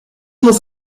muss